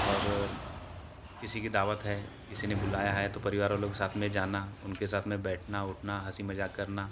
और किसी की दावत है किसी ने बुलाया है तो परिवार वालों के साथ में जाना उनके साथ में बैठना उठना हँसी मज़ाक करना